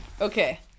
Okay